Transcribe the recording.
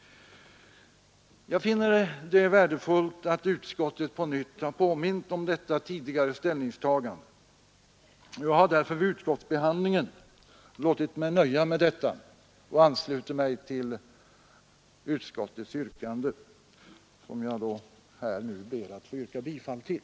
Jag finner det värdefullt att utskottet på nytt påminner om detta tidigare ställningstagande, och jag har därför vid utskottsbehandlingen låtit mig nöja med detta och anslutit mig till utskottets hemställan, som jag nu ber att få yrka bifall till.